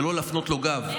ולא להפנות לו גב.